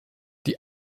die